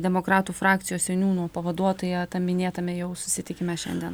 demokratų frakcijos seniūno pavaduotoja tam minėtame jau susitikime šiandien